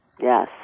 Yes